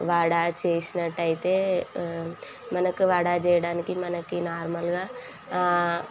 వడా చేసినట్టయితే మనకి వడా చేయడానికి మనకి నార్మల్గా